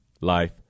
life